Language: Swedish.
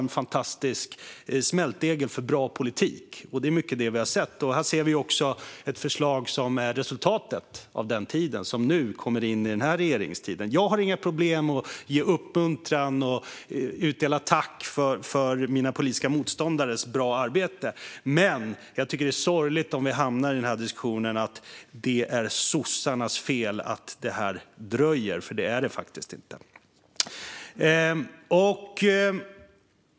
Det var en fantastisk smältdegel för bra politik, och ett förslag som är ett resultat av den tiden kommer nu in i den här regeringsperioden. Jag har inga problem att ge uppmuntran till och utdela tack för mina politiska motståndares bra arbete. Men jag tycker att det är sorgligt om vi hamnar i en diskussion om att det är sossarnas fel att detta dröjer, för det är det faktiskt inte.